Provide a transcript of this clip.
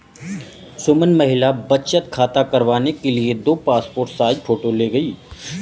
सुमन महिला बचत खाता करवाने के लिए दो पासपोर्ट साइज फोटो ले गई